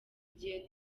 igihe